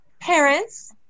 parents